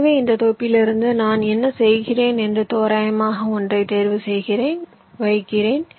எனவே இந்த தொகுப்பிலிருந்து நான் என்ன செய்கிறேன் என்று தோராயமாக ஒன்றைத் தேர்வு செய்கிறேன் வைக்கிறேன்